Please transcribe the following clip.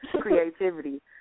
creativity